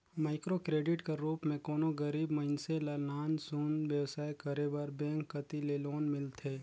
micro credit कर रूप में कोनो गरीब मइनसे ल नान सुन बेवसाय करे बर बेंक कती ले लोन मिलथे